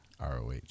ROH